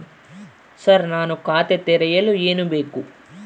Sir ನಾನು ಖಾತೆ ತೆರೆಯಲು ಏನು ಬೇಕು?